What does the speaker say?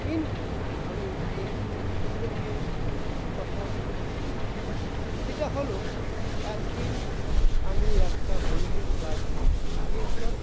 কিন্তু আমি এই প্রসঙ্গে কিছু কথা বলতে চাই যেটা হলো একদিন আমি একটা বন্ধুর বাড়ি গিয়েছিলাম